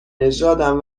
نژادم